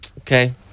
Okay